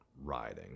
riding